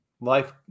life